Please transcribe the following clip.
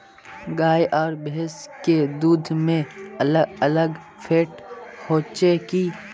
गाय आर भैंस के दूध में अलग अलग फेट होचे की?